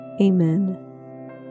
Amen